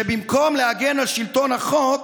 שבמקום להגן על שלטון החוק,